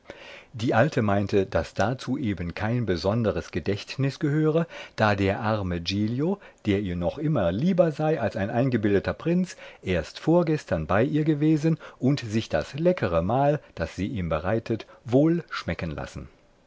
die alte meinte daß dazu eben kein besonderes gedächtnis gehöre da der arme giglio der ihr noch immer lieber sei als ein eingebildeter prinz erst vorgestern bei ihr gewesen und sich das leckere mahl das sie ihm bereitet wohl schmecken lassen